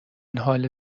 حال